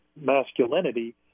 masculinity